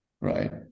right